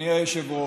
אדוני היושב-ראש,